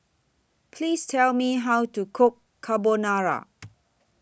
Please Tell Me How to Cook Carbonara